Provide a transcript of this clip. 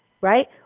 Right